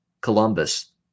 Columbus